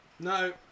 No